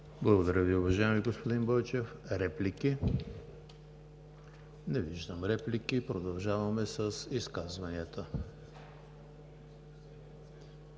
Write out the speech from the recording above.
Благодаря Ви, уважаеми господин Бойчев. Реплики? Не виждам. Продължаваме с изказванията.